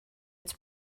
its